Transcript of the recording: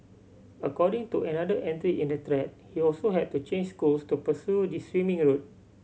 according to another entry in the thread he also had to change schools to pursue this swimming a route